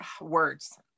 words